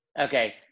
Okay